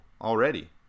already